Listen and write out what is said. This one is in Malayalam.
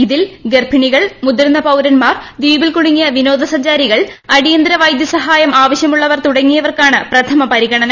ഇതിൽ ഗർഭിണികൾ മുതിർന്ന പൌരന്മാർ ദ്വീപിൽ കുടുങ്ങിയ വിനോദസഞ്ചാരികൾ അടിയന്തര വൈദ്യസഹായം ആവശ്യമുള്ളവർ തുടങ്ങിയവർക്കാണ് പ്രഥമ പരിഗണന